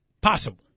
Possible